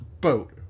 boat